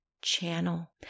channel